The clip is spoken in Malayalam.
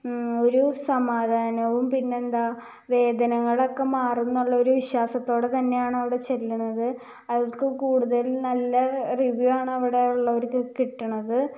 ഒരു സമാധാനവും പിന്നെ എന്താണ് വേദനകൾ ഒക്കെ മാറും എന്നുള്ളൊരു വിശ്വാസത്തോട് തന്നെയാണ് അവിടെ ചെല്ലണത് അവർക്ക് കൂടുതൽ നല്ല റിവ്യൂ ആണ് അവിടെ ഉള്ളവർക്ക് കിട്ടുന്നത്